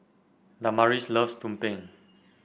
Damaris loves Tumpeng